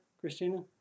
Christina